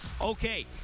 okay